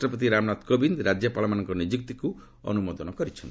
ରାଷ୍ଟ୍ରପତି ରାମନାଥ କୋବିନ୍ଦ ରାଜ୍ୟପାଳମାନଙ୍କ ନିଯୁକ୍ତିକୁ ଅନୁମୋଦନ କରିଛନ୍ତି